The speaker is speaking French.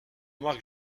marc